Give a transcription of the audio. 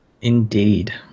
Indeed